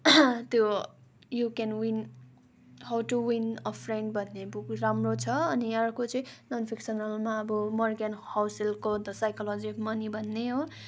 त्यो you can win how to win a friend भन्ने book राम्रो छ अनि अर्को चाहिँ नन् फिक्सनलमा अब मोर्गेन हौसेलको द साइकोलोजी अब् मनी भन्ने हो